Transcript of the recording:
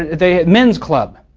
and men's club.